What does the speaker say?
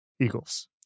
Eagles